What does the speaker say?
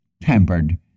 tempered